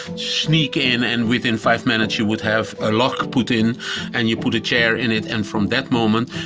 sneak in. and within five minutes, you would have a lock put in and you put a chair in it. and from that moment,